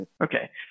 Okay